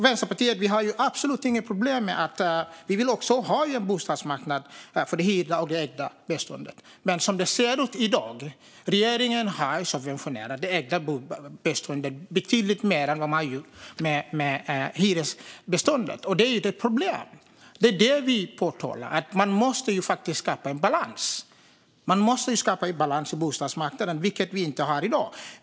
Vänsterpartiet har absolut inga problem med en bostadsmarknad för det hyrda och det ägda beståndet. Vi vill också ha det så, men som det ser ut nu har regeringen subventionerat det ägda beståndet betydligt mer än vad man har gjort med hyresbeståndet. Det är ett problem, och det är det vi påtalar. Man måste faktiskt skapa en balans på bostadsmarknaden, vilket vi inte har i dag.